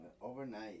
overnight